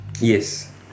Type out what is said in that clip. Yes